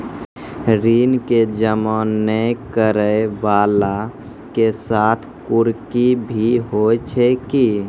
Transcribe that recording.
ऋण के जमा नै करैय वाला के साथ कुर्की भी होय छै कि?